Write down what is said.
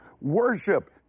worship